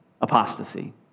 apostasy